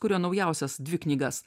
kurio naujausias dvi knygas